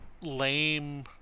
lame